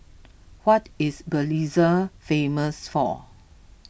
what is Belize famous for